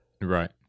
Right